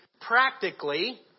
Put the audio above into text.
practically